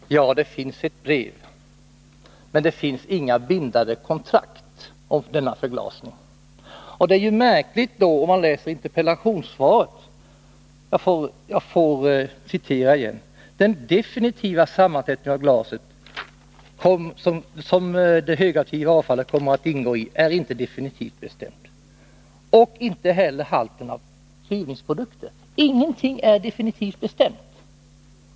Herr talman! Ja, det finns ett brev. Men det finns inga bindande kontrakt om denna förglasning. Jag citerar igen interpellationssvaret: ”Den definitiva sammansättningen av glaset som det högaktiva avfallet kommer att ingå i är inte definitivt bestämd, och det är inte heller procenthalten klyvningsprodukter som skall ingå i glaset.” Ingenting är definitivt bestämt.